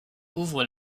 ouvre